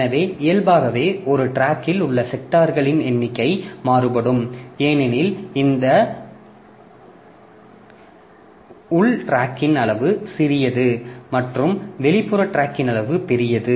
எனவே இயல்பாகவே ஒரு டிராக்கில் உள்ள செக்டார்களின் எண்ணிக்கை மாறுபடும் ஏனெனில் இந்த உள் டிராக்கின் அளவு சிறியது மற்றும் வெளிப்புற டிராக்கின் அளவு பெரியது